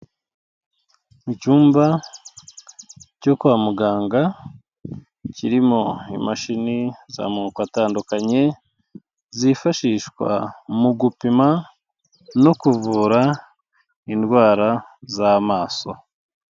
Icyumba cyo kwa muganga, kirimo imashini z'amoko atandukanye, zifashishwa mu gupima, no kuvura, indwara z'amaso.